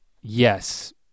yes